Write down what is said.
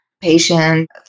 patient